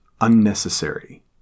unnecessary